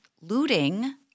looting